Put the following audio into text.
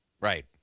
Right